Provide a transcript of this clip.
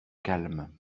calme